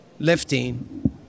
lifting